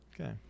Okay